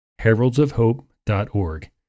heraldsofhope.org